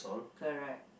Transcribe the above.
clear right